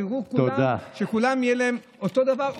תראו שלכולם יהיה אותו הדבר,